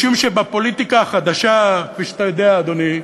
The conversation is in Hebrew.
משום שבפוליטיקה החדשה, כפי שאתה יודע, אדוני,